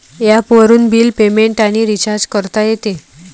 ॲपवरून bill payment आणि recharge करता येते